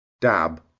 Dab